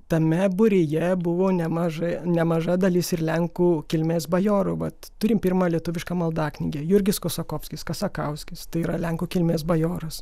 tame būryje buvo nemažai nemaža dalis ir lenkų kilmės bajorų vat turim pirmą lietuvišką maldaknygę jurgis kosakovskis kasakauskis tai yra lenkų kilmės bajoras